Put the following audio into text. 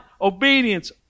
obedience